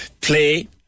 play